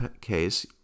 case